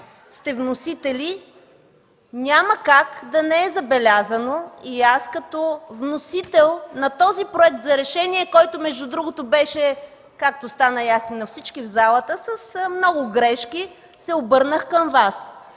сте вносители, няма как да не е забелязано и аз като вносител на този Проект за решение, който между другото беше, както стана ясно на всички в залата, с много грешки, се обърнах към Вас,